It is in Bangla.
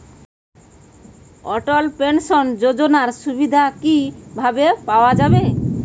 অটল পেনশন যোজনার সুবিধা কি ভাবে পাওয়া যাবে?